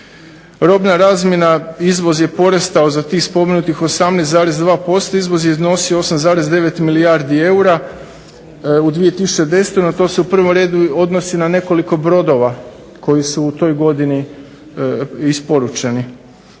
Robna razmjena. Izvoz je porastao za tih spomenutih 18,2%. Izvoz je iznosio 8,9 milijardi eura u 2010. No, to se u prvom redu odnosi na nekoliko brodova koji su u toj godini isporučeni,